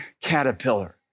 caterpillar